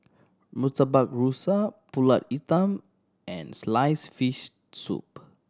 Murtabak Rusa Pulut Hitam and slice fish soup